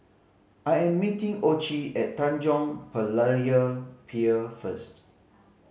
I am meeting Ocie at Tanjong Berlayer Pier first